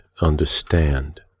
understand